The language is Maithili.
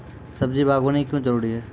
सब्जी बागवानी क्यो जरूरी?